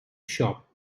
shop